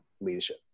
leadership